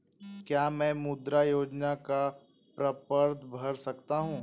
क्या मैं मुद्रा योजना का प्रपत्र भर सकता हूँ?